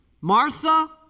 Martha